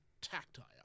tactile